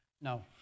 No